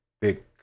big